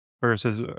versus